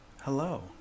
hello